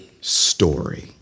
story